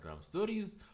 stories